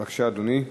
בבקשה, אדוני.